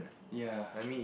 ya